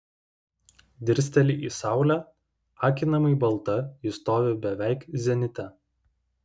dirsteli į saulę akinamai balta ji stovi beveik zenite